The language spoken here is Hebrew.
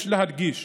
יש להדגיש